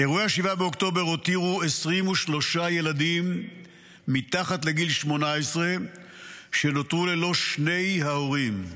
אירועי 7 באוקטובר הותירו 23 ילדים מתחת לגיל 18 שנותרו ללא שני ההורים.